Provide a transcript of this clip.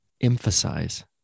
emphasize